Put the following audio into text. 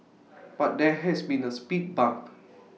but there has been A speed bump